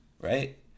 right